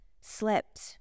slipped